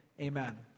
Amen